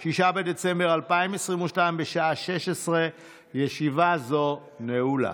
6 בדצמבר 2022, בשעה 16:00. ישיבה זו נעולה.